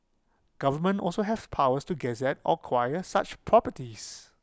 government also have powers to gazette or quire such properties